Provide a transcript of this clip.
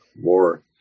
more